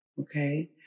okay